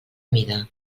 mida